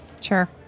Sure